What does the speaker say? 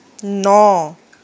ন